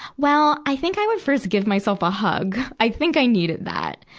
well, i think i would first give myself a hug. i think i needed that.